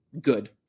good